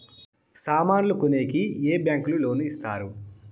సామాన్లు కొనేకి ఏ బ్యాంకులు లోను ఇస్తారు?